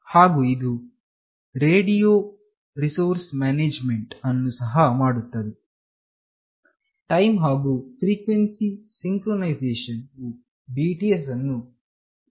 ಹಾಗು ಇದು radio resource management ಅನ್ನು ಸಹ ಮಾಡುತ್ತದೆ ಟೈಮ್ ಹಾಗು ಫ್ರೀಕ್ವೆನ್ಸಿ ಸಿಂಕ್ರೊನೈಸೇಷನ್ ವು BTS ಅನ್ನು ಕೊಡುತ್ತದೆ